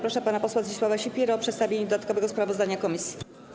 Proszę pana posła Zdzisława Sipierę o przedstawienie dodatkowego sprawozdania komisji.